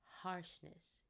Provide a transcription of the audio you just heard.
harshness